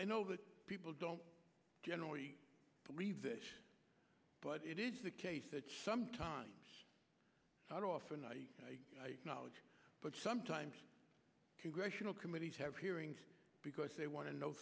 i know that people don't generally believe this but it is the case that sometimes i don't often knowledge but sometimes congressional committees have hearings because they want to know